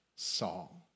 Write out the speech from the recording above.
Saul